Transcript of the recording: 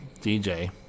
DJ